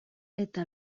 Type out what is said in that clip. eta